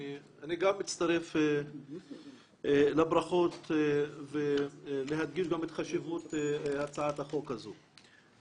אני גם מצטרף לברכות ולהדגשת חשיבות הצעת החוק הזאת.